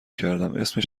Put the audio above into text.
کردماسم